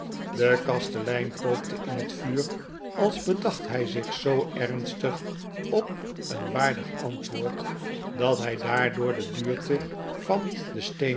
de kastelein pookte in het vuur als bedacht hij zich zoo ernstig op een waardig antwoord dat hij daardoor de duurte van de